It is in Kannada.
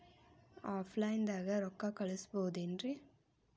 ಆಫ್ಲೈನ್ ದಾಗ ರೊಕ್ಕ ಕಳಸಬಹುದೇನ್ರಿ?